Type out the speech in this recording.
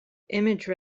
image